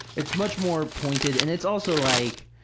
it's much more pointed, and it's also like,